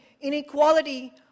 inequality